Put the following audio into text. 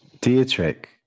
Dietrich